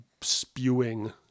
spewing